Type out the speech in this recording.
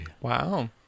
Wow